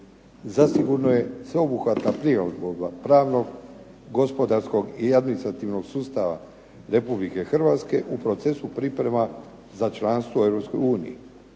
zasigurno je sveobuhvatna prilagodba pravnog, gospodarskog i administrativnog sustava Republike Hrvatske u procesu priprema za članstvo u